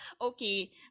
Okay